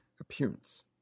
Appearance